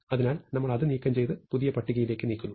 അതിനാൽ നമ്മൾ അത് നീക്കംചെയ്ത് പുതിയ പട്ടികയിലേക്ക് നീക്കുന്നു